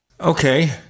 Okay